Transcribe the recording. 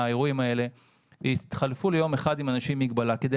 הם התחלפו ליום אחד עם אנשים עם מגבלה כדי